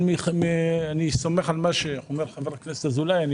אני סומך על מה שאומר חבר הכנסת אזולאי,